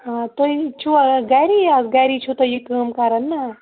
آ تُہۍ چھِوا گری اَز گری چھِو تُہۍ یہِ کٲم کران نا